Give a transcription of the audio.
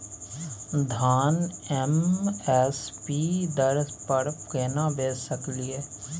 धान M S P दर पर केना बेच सकलियै?